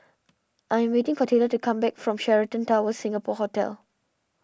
I'm waiting for Taylor to come back from Sheraton Towers Singapore Hotel